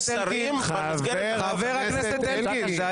אלקין, יש לי